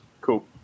cool